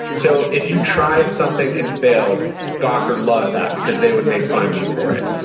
so if you tried something and failed, gawker loved that because they would make fun of you for it.